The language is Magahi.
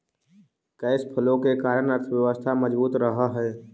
कैश फ्लो के कारण अर्थव्यवस्था मजबूत रहऽ हई